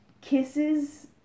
kisses